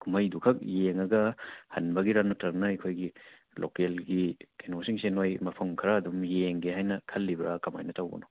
ꯀꯨꯝꯍꯩꯗꯨ ꯈꯛ ꯌꯦꯡꯂꯒ ꯍꯟꯕꯒꯤꯔꯥ ꯅꯠꯇ꯭ꯔꯒꯅ ꯑꯩꯈꯣꯏꯒꯤ ꯂꯣꯀꯦꯜꯒꯤ ꯀꯩꯅꯣꯁꯤꯡꯁꯦ ꯅꯣꯏ ꯃꯐꯝ ꯈꯔ ꯑꯗꯨꯝ ꯌꯦꯡꯒꯦ ꯍꯥꯏꯅ ꯈꯜꯂꯤꯕ꯭ꯔꯥ ꯀꯃꯥꯏꯅ ꯇꯧꯕꯅꯣ